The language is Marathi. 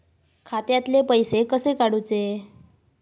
खात्यातले पैसे कसे काडूचे?